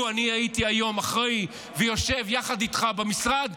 לו אני הייתי היום אחראי ויושב יחד איתך במשרד,